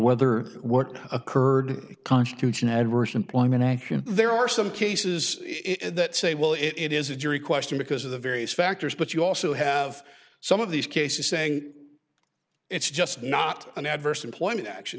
whether what occurred constitutes an adverse employment action there are some cases that say well it is a jury question because of the various factors but you also have some of these cases saying it's just not an adverse employment action